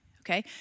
okay